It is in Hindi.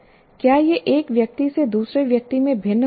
क्या यह एक व्यक्ति से दूसरे व्यक्ति में भिन्न होता है